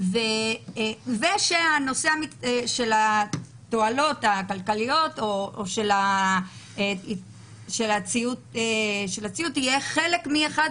ושהנושא של התועלות הכלכליות או של הציות יהיה חלק מאחד